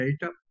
data